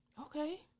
Okay